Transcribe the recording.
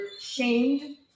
shamed